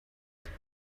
there